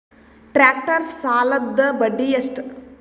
Tractor ಸಾಲದ್ದ ಬಡ್ಡಿ ಎಷ್ಟ?